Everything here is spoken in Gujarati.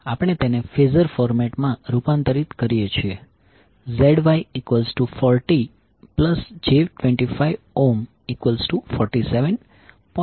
આપણે તેને ફેઝર ફોર્મેટ માં રૂપાંતરિત કરીએ છીએ ZY40j2547